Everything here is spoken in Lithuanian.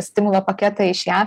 stimulo paketą iš jav